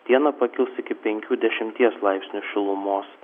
dieną pakils iki penkių dešimties laipsnių šilumos